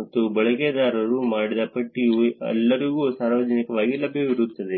ಮತ್ತು ಬಳಕೆದಾರರು ಮಾಡಿದ ಪಟ್ಟಿಯು ಎಲ್ಲರಿಗೂ ಸಾರ್ವಜನಿಕವಾಗಿ ಲಭ್ಯವಿರುತ್ತದೆ